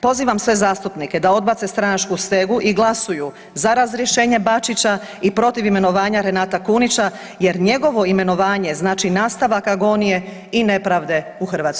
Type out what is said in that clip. Pozivam sve zastupnike da odbace stranačku stegu i glasuju za razrješenje Bačića i protiv imenovanja Renata Kunića jer njegovo imenovanje znači nastavak agonije i nepravde u Hrvatskoj.